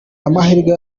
amahirwe